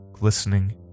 glistening